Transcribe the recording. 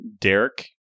Derek